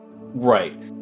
Right